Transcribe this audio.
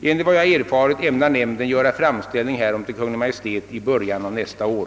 Enligt vad jag erfarit ämnar nämnden göra framställning härom till Kungl. Maj:t i början av nästa år.